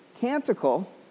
canticle